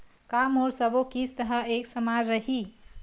का मोर सबो किस्त ह एक समान रहि?